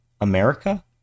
America